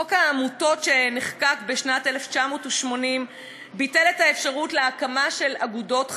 חוק העמותות שנחקק בשנת 1980 ביטל את האפשרות להקים אגודות חדשות,